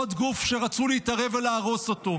עוד גוף שרצו להתערב ולהרוס אותו.